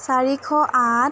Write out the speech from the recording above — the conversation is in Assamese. চাৰিশ আঠ